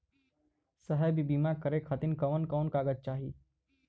साहब इ बीमा करें खातिर कवन कवन कागज चाही?